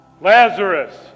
Lazarus